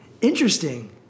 Interesting